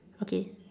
okay